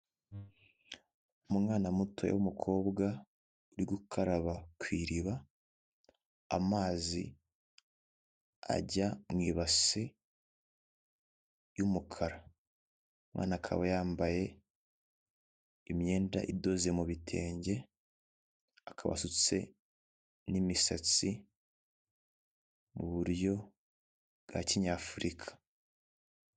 Umwana muto w'umukobwa uri gukaraba ku iriba, amazi ajya mu ibasi y'umukara. Umwana akaba yambaye imyenda idoze mu bitenge, akaba asutse n'imisatsi mu buryo bwa kinyafurika.